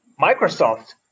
Microsoft